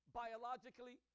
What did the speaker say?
biologically